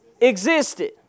Existed